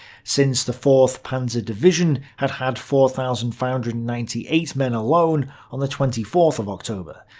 since the fourth panzer division had had four thousand five hundred and ninety eight men alone on the twenty fourth of october.